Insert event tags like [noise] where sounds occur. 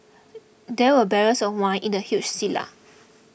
[noise] there were barrels of wine in the huge cellar